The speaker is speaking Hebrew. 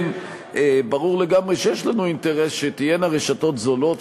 ברור לגמרי שיש לנו אינטרס שתהיינה רשתות זולות,